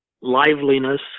liveliness